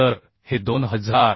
तर हे 2006